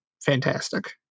fantastic